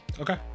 okay